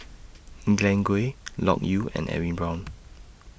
Glen Goei Loke Yew and Edwin Brown